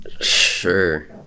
Sure